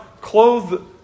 clothed